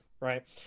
right